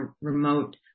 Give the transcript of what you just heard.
remote